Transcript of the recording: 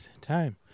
time